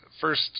first